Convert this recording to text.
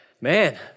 man